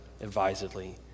advisedly